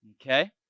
Okay